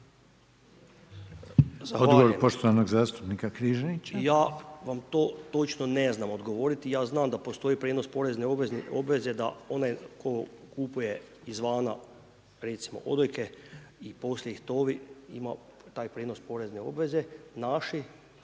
Odgovor poštovanog zastupnika Križanića. **Križanić, Josip (HDZ)** Ja vam to točno ne znam odgovoriti. I ja znam da postoji prijenos porezne obveze da onaj tko kupuje izvana recimo odojke i poslije ih tovi ima taj prijenos porezne obveze, naši